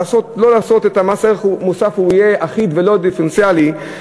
לעשות את מס הערך המוסף אחיד ולא דיפרנציאלי,